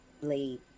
blade